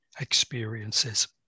experiences